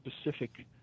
specific